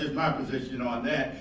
my position on that.